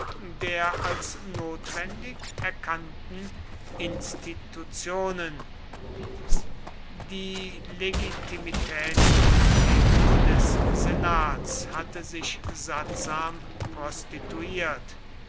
der als notwendig erkannten institutionen die legitimitätspolitik des senats hatte sich sattsam prostituiert